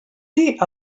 dir